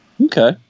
Okay